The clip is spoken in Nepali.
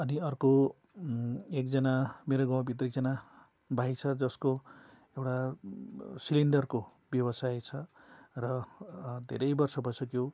अनि अर्को एकजना मेरो गाउँ भित्र एकजना भाइ छ जसको एउटा सिलिन्डरको व्यवसाय छ र धेरै वर्ष भइसक्यो